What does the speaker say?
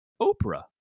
Oprah